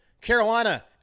Carolina